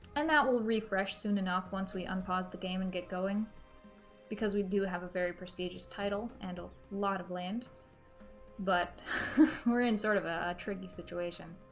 and that will refresh soon enough once we unpause the game and get going because we do have a very prestigious title and a lot of land but we're in sort of a tricky situation